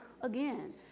again